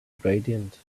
gradient